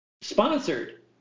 sponsored